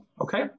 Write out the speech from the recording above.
okay